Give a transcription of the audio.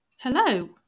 Hello